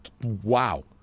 wow